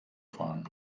fahren